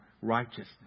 righteousness